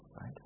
Right